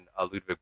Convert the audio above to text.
Ludwig